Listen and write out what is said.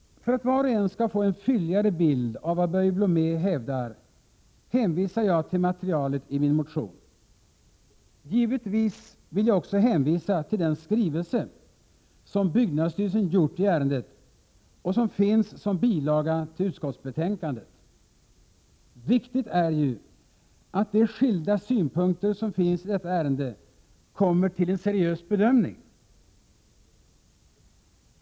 För att var och en skall få en fylligare bild av vad Börje Blomé hävdar hänvisar jag till materialet i min motion. Givetvis vill jag också hänvisa till den skrivelse som byggnadsstyrelsen gjort i ärendet och som fogats som bilaga till utskottsbetänkandet. Viktigt är ju att de skilda synpunkter som finns i detta ärende blir föremål för en seriös bedömning.